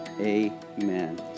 Amen